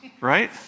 Right